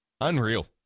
Unreal